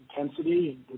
intensity